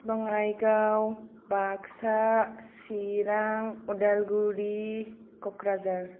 Bongaigaon Baksa Chirang Udalguri Kokrajhar